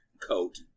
coat